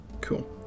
Cool